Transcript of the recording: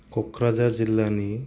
क'क्राझार जिल्लानि